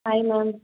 hi ma'am